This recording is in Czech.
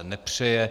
Nepřeje.